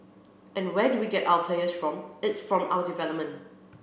and where do we get our players from it's from our development